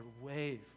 wave